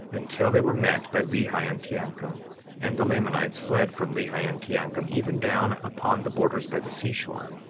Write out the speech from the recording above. until they were met by lehi and teancum and the lamanites fled from lehi and teancum, even down upon the borders by the seashore,